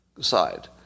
side